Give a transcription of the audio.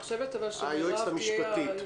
אני חושבת שעדיף שהיועצת המשפטית תתייחס,